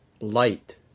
Light